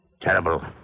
Terrible